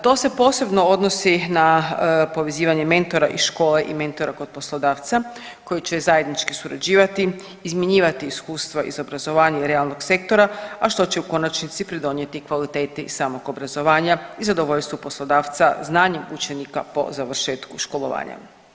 To se posebno odnosi na povezivanje mentora i škole i mentora kod poslodavca koji će zajednički surađivati, izmjenjivati iskustva iz obrazovanja i realnog sektora, a što će u konačnici pridonijeti i kvaliteti samog obrazovanja i zadovoljstvo poslodavca znanjem učenika po završetku školovanja.